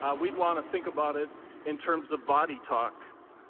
ah we'd want to think about it in terms of body talk.